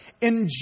Enjoy